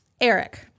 Eric